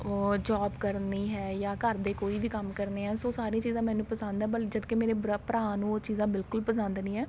job ਕਰਨੀ ਹੈ ਜਾਂ ਘਰ ਦੇ ਕੋਈ ਵੀ ਕੰਮ ਕਰਨੇ ਹੈ ਸੋ ਸਾਰੀਆਂ ਚੀਜਾਂ ਮੈਨੂੰ ਪਸੰਦ ਹੈ ਬਲ ਜਦੋਂ ਕਿ ਮੇਰੇ ਬਰਾ ਭਰਾ ਨੂੰ ਉਹ ਚੀਜ਼ਾਂ ਬਿਲਕੁਲ ਪਸੰਦ ਨਹੀਂ ਹੈ